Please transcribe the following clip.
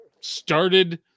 started